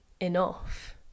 enough